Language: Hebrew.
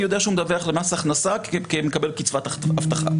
אני יודע שהוא מדווח למס הכנסה כמקבל קצבת הבטחה.